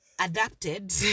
adapted